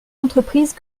entreprises